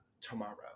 tomorrow